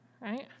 right